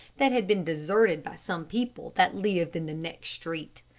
that had been deserted by some people that lived in the next street.